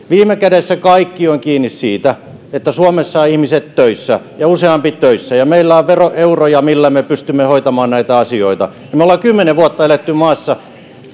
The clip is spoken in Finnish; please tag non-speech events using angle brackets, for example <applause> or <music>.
<unintelligible> viime kädessä kaikki on kiinni siitä että suomessa ovat ihmiset töissä ja useampi töissä ja meillä on veroeuroja millä me pystymme hoitamaan näitä asioita me olemme kymmenen vuotta